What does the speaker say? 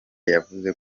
yavuze